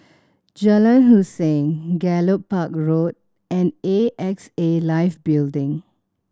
Jalan Hussein Gallop Park Road and A X A Life Building